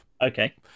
okay